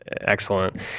Excellent